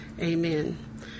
Amen